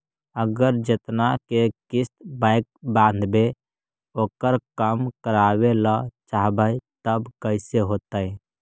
अगर जेतना के किस्त बैक बाँधबे ओकर कम करावे ल चाहबै तब कैसे होतै?